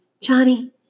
Johnny